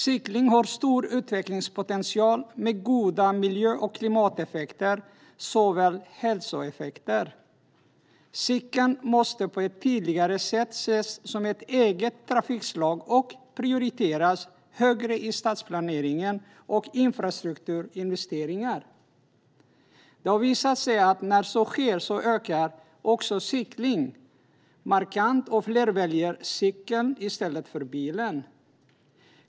Cykling har stor utvecklingspotential med goda miljö och klimateffekter såväl som hälsoeffekter. Cykeln måste på ett tydligare sätt ses som ett eget trafikslag och prioriteras högre i stadsplanering och infrastrukturinvesteringar. Det har visat sig att när så sker ökar också cyklingen markant och fler väljer cykeln i stället för bilen.